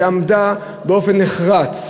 שעמדה באופן נחרץ,